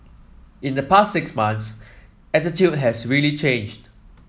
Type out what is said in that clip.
in the past six months attitude has really changed